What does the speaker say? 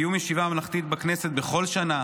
קיום ישיבה ממלכתית בכנסת בכל שנה,